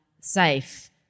safe